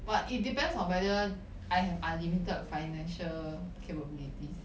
but it depends on whether I have unlimited financial capabilities